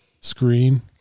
screen